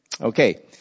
Okay